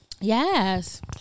Yes